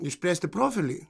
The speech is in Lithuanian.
išplėsti profilį